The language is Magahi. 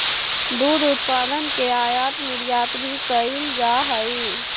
दुध उत्पादन के आयात निर्यात भी कइल जा हई